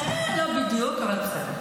לא בדיוק, אבל בסדר.